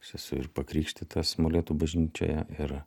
aš esu ir pakrikštytas molėtų bažnyčioje ir